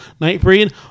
Nightbreed